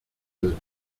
will